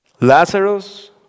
Lazarus